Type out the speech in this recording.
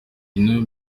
ibintu